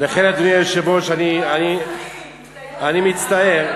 לכן, אדוני היושב-ראש, אני מצטער,